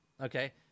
Okay